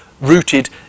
rooted